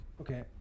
Okay